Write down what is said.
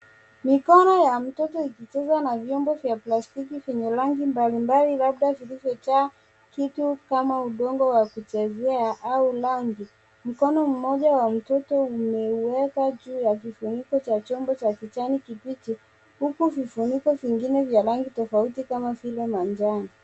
Mikono ya mtoto ikicheza na vyombo vya plastiki zenye rangi mbalimbali labda zilizojaa vitu kama udongo wa kuchezea au rangi. Mkono mmoja wa mtoto umewekwa juu ya kifuniko cha chombo cha kijani kibichi huku vifuniko vingine ni vya rangi tofauti kama vile manjano.